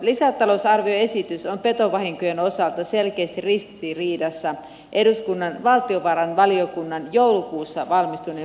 lisätalousarvioesitys on petovahinkojen osalta selkeästi ristiriidassa eduskunnan valtiovarainvaliokunnan joulukuussa valmistuneen budjettimietinnön kanssa